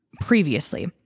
previously